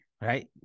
right